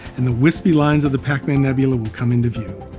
and the wispy lines of the pacman nebula will come into view.